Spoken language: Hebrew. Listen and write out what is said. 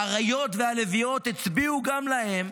האריות והלביאות הצביעו גם להם,